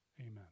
Amen